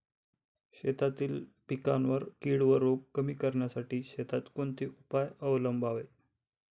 शेतातील पिकांवरील कीड व रोग कमी करण्यासाठी शेतात कोणते उपाय अवलंबावे?